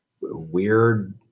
weird